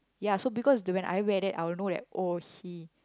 ya so because do when I wear that I will know that oh he